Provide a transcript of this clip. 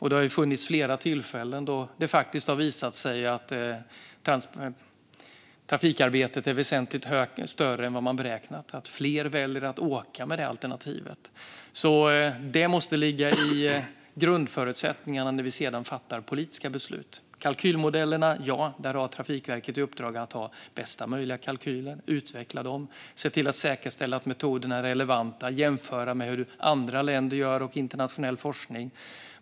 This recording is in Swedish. Det har ju vid flera tillfällen visat sig att trafikarbetet är väsentligt större än man tidigare beräknat och att fler väljer att åka med det alternativet. Detta måste ligga i grundförutsättningarna när vi sedan fattar politiska beslut. Ja, Trafikverket har i uppdrag att ha bästa möjliga kalkylmodeller, att utveckla dem, att se till att metoderna är relevanta och att jämföra med hur andra länder gör och med internationell forskning.